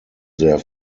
their